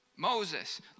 Moses